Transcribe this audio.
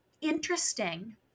interesting